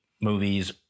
movies